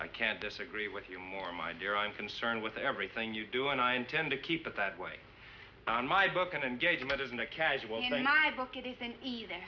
i can't disagree with you more my dear i'm concerned with everything you do and i intend to keep it that way and my book an engagement isn't a casual